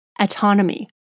autonomy